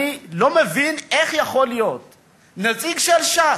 אני לא מבין איך יכול להיות שנציג של ש"ס,